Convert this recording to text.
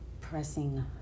pressing